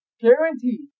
guaranteed